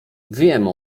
wiem